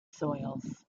soils